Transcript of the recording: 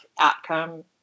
outcome